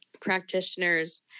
practitioners